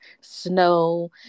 snow